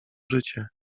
życie